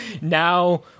Now